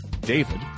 David